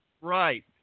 Right